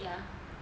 ya